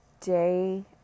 day